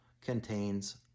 contains